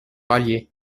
allier